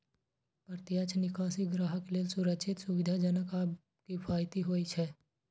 प्रत्यक्ष निकासी ग्राहक लेल सुरक्षित, सुविधाजनक आ किफायती होइ छै